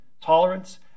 tolerance